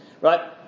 Right